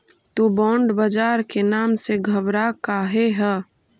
तु बॉन्ड बाजार के नाम से घबरा काहे ह?